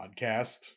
podcast